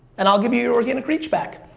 and i'll give you your organic reach back.